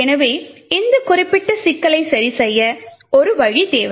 எனவே இந்த குறிப்பிட்ட சிக்கலைச் சரிசெய்ய ஒரு வழி தேவை